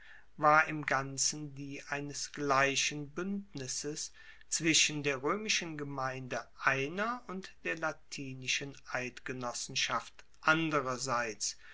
war im ganzen die eines gleichen buendnisses zwischen der roemischen gemeinde einer und der latinischen eidgenossenschaft anderseits